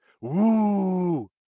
Woo